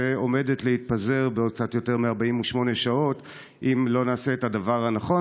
שעומדת להתפזר בעוד קצת יותר מ-48 שעות אם לא נעשה את הדבר הנכון.